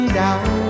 down